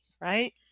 right